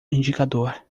indicador